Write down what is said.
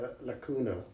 lacuna